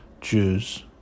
Jews